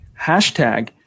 hashtag